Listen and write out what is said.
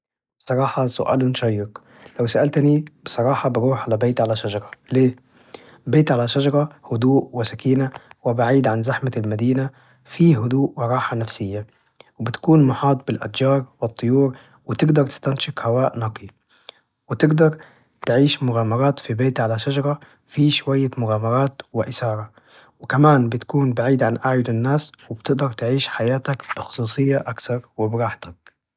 بصراحة، سؤال شيق! لو سألتني بصراحة، بروح لبيت على شجرة ليه؟ بيت على شجرة هدوء وسكينة وبعيد عن زحمة المدينة، فيه هدوء وراحة نفسية، وبيكون محاط بالأشجار والطيور وتقدر تستنشق هواء نقي، وتقدر تعيش مغامرات في بيت على شجرة فيه شوية مغامرات وإثارة، وكمان بيتكون بعيد عن أعين الناس وبتقدر تعيش حياتك في خصوصية أكثر وبراحتك.